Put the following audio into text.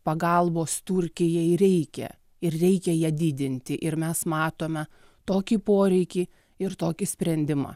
pagalbos turkijai reikia ir reikia ją didinti ir mes matome tokį poreikį ir tokį sprendimą